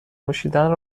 نوشیدن